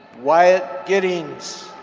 wyatt giddings.